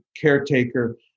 caretaker